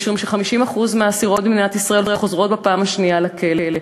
מפני ש-50% מהאסירות במדינת ישראל חוזרות בפעם השנייה לכלא.